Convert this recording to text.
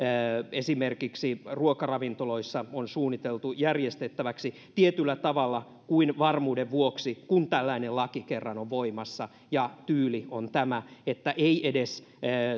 esimerkiksi ruokaravintoloissa on suunniteltu järjestettäväksi tietyllä tavalla kuin varmuuden vuoksi kun tällainen laki kerran on voimassa ja tyyli on tämä että ei edes